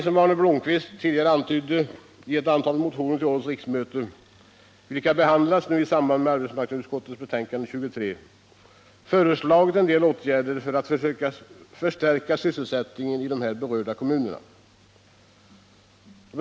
Som Arne Blomkvist antydde tidigare har vi i ett antal motioner till årets riksmöte, vilka behandlats i arbetsmarknadsutskottets betänkande nr 23, föreslagit en del åtgärder för att förstärka sysselsättningen i de berörda kommunerna. Bl.